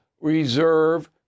reserve